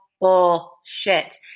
bullshit